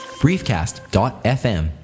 briefcast.fm